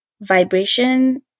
vibration